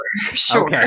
Sure